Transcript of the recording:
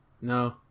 No